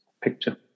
picture